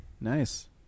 Nice